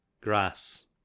grass